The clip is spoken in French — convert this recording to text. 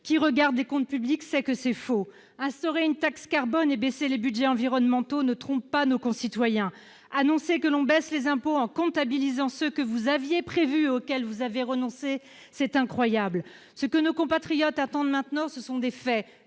Qui regarde les comptes publics sait que c'est faux ! Instaurer une taxe carbone et baisser les budgets consacrés à l'environnement ne trompent pas nos concitoyens. Annoncer que vous baissez les impôts en comptabilisant ceux que vous aviez prévus et auxquels vous renoncez, c'est incroyable ! Ce que nos compatriotes attendent maintenant, ce sont des faits